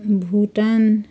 Bhutan